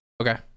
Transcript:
okay